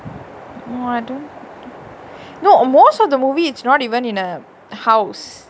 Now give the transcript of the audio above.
no I don't no most of the movie it's not even in a house